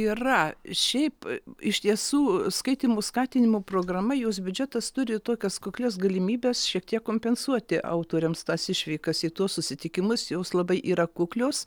yra šiaip iš tiesų skaitymo skatinimo programa jos biudžetas turi tokias kuklias galimybes šiek tiek kompensuoti autoriams tas išvykas į tuos susitikimus jos labai yra kuklios